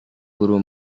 guru